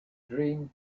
dream